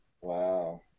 Wow